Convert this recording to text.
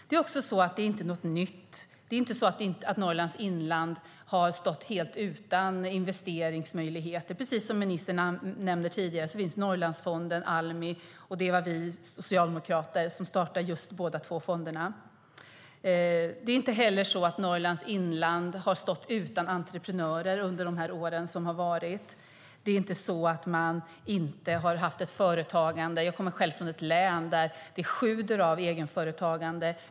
Det är inte så att Norrlands inland har stått helt utan investeringsmöjligheter. Precis som ministern nämnde tidigare finns Norrlandsfonden och Almi, och det var vi socialdemokrater som startade båda dessa fonder. Det är inte heller så att Norrlands inland har stått utan entreprenörer under dessa år som har varit eller att man inte har haft ett företagande. Jag kommer själv från ett län där det sjuder av egenföretagande.